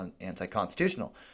anti-constitutional